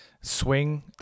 swing